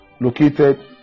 located